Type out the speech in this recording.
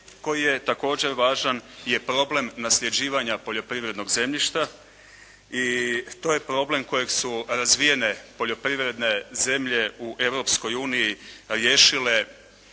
koji je također važan je problem nasljeđivanja poljoprivrednog zemljišta i to je problem kojeg su razvijene poljoprivredne zemlje u Europskoj